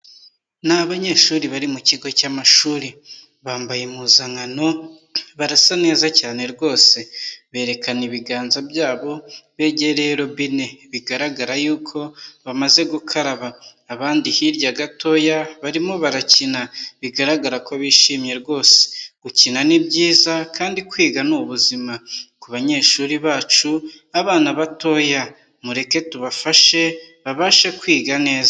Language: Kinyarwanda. Ni abanyeshuri bari mu kigo cy'amashuri, bambaye impuzankano barasa neza cyane rwose, berekana ibiganza byabo, begereye robine bigaragara yuko bamaze gukaraba, abandi hirya gatoya barimo barakina bigaragara ko bishimiyemye rwose. Gukina ni byiza kandi kwiga ni ubuzima kubanyeshuri bacu, abana batoya mureke tubafashe babashe kwiga neza.